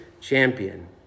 champion